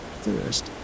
first